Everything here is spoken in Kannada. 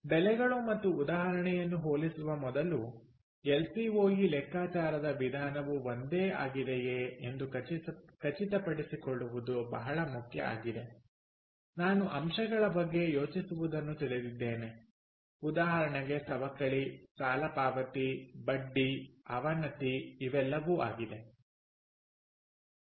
ಬೆಲೆಗಳು ಮತ್ತು ಉದಾಹರಣೆಯನ್ನು ಹೋಲಿಸುವ ಮೊದಲು ಎಲ್ಸಿಒಇ ಲೆಕ್ಕಾಚಾರದ ವಿಧಾನವು ಒಂದೇ ಆಗಿದೆಯೆ ಎಂದು ಖಚಿತಪಡಿಸಿಕೊಳ್ಳುವುದು ಮುಖ್ಯ ಆಗಿದೆ ನಾನು ಅಂಶಗಳ ಬಗ್ಗೆ ಯೋಚಿಸುವುದನ್ನು ತಿಳಿದಿದ್ದೇನೆ ಉದಾಹರಣೆಗೆ ಸವಕಳಿ ಸಾಲ ಪಾವತಿ ಬಡ್ಡಿ ಅವನತಿ ಇವೆಲ್ಲವೂ ಆಗಿವೆ